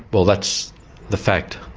well, that's the fact.